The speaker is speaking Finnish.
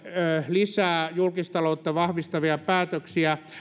lisää julkistaloutta vahvistavia päätöksiä